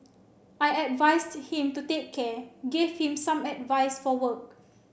I advised him to take care gave him some advice for work